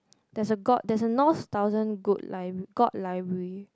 there's a god there's a north thousand good god library